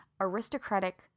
aristocratic